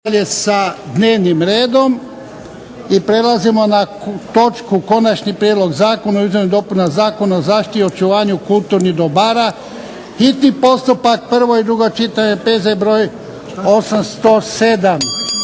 sa dnevnim redom i prelazimo na točku - Konačni prijedlog zakona o izmjenama i dopunama Zakona o zaštiti i očuvanju kulturnih dobara, hitni postupak, prvo i drugo čitanje, P.Z. broj 807